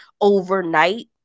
overnight